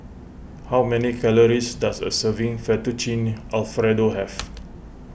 how many calories does a serving Fettuccine Alfredo have